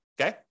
okay